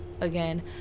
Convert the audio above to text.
again